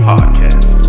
Podcast